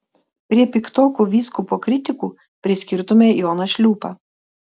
prie piktokų vyskupo kritikų priskirtume joną šliūpą